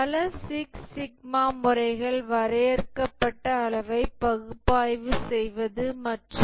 பல six sigma முறைகள் வரையறுக்கப்பட்ட அளவை பகுப்பாய்வு செய்வது மற்றும்